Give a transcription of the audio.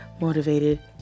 motivated